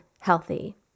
healthy